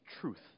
truth